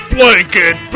Blanket